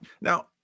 Now